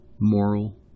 Moral